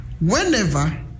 whenever